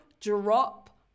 drop